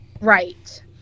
Right